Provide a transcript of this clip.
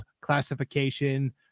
classification